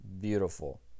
Beautiful